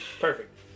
Perfect